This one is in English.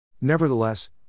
Nevertheless